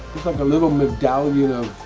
like a little medallion of